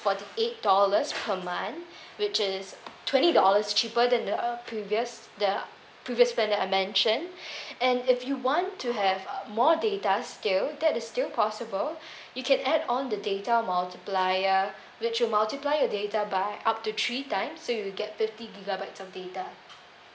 forty eight dollars per month which is twenty dollars cheaper than the previous the previous plan that I mentioned and if you want to have more data still that is still possible you can add on the data multiplier which will multiply your data by up to three times so you'll get fifty gigabytes of data